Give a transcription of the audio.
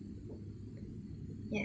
yeah